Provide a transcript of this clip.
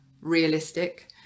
realistic